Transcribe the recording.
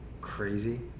crazy